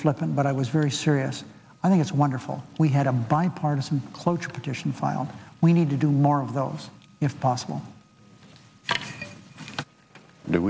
flippant but i was very serious i think it's wonderful we had a bipartisan cloture titian file we need to do more of those if possible that